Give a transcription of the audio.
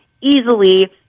easily